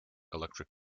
electric